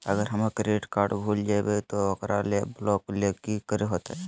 अगर हमर credit card भूल जइबे तो ओकरा ब्लॉक लें कि करे होते?